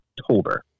October